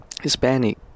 Hispanic